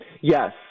Yes